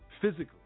physically